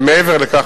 ומעבר לכך,